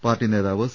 party നേതാവ് C